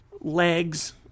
legs